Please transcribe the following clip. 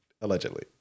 Allegedly